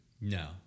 No